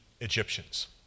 Egyptians